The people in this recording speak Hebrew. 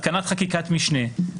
התקנת חקיקת משנה,